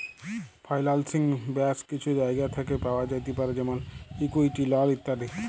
ফাইলালসিং ব্যাশ কিছু জায়গা থ্যাকে পাওয়া যাতে পারে যেমল ইকুইটি, লল ইত্যাদি